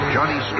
Johnny